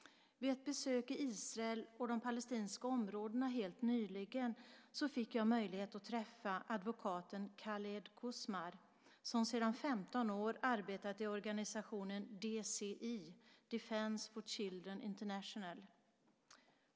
Vid ett besök i Israel och de palestinska områdena helt nyligen fick jag möjlighet att träffa advokaten Khaled Quzmar, som sedan 15 år arbetat i organisationen DCI, Defence for Children International.